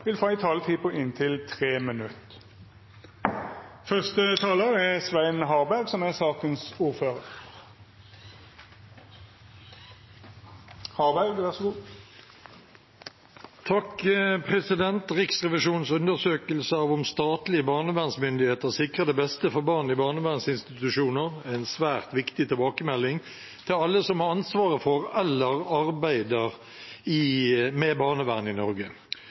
vil få ei taletid på inntil 3 minutt. Riksrevisjonens undersøkelse av om statlige barnevernsmyndigheter sikrer det beste for barn i barnevernsinstitusjoner, er en svært viktig tilbakemelding til alle som har ansvar for eller arbeider med barnevern i Norge.